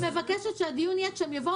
אני מבקשת שהדיון יהיה כאשר הם יבואו